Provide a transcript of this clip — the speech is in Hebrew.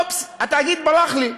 אופס, התאגיד ברח לי.